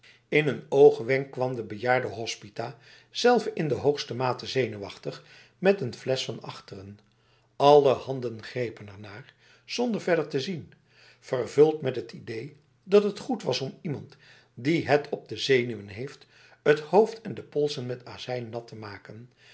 in een oogwenk kwam de bejaarde hospita zelve in de hoogste mate zenuwachtig met een fles van achteren alle handen grepen ernaar zonder verder te zien vervuld met het idee dat het goed was om iemand die het op de zenuwen heeft t hoofd en de polsen met azijn nat te maken